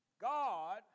God